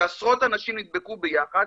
כשעשרות אנשים נדבקו ביחד,